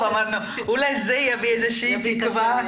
אמרנו שאולי זה יביא איזו שהיא תקווה.